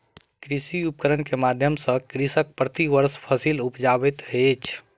कृषि उपकरण के माध्यम सॅ कृषक प्रति वर्ष फसिल उपजाबैत अछि